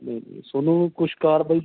ਅਤੇ ਤੁਹਾਨੂੰ ਕੁਛ ਕਾਰਵਾਈ